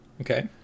Okay